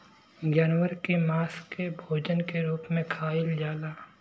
जानवर के मांस के भोजन के रूप में खाइल जाला